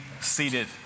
seated